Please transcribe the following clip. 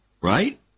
right